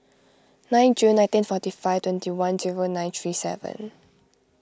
nine June nineteen forty five twenty one zero nine three seven